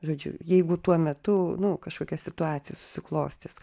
žodžiu jeigu tuo metu nu kažkokia situacija susiklostys